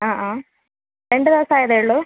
ആ ആ രണ്ട് മാസം ആയതേ ഉള്ളൂ